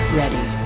ready